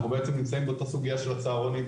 אנחנו בעצם נמצאים באותה סוגיה של הצהרונים.